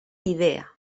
idea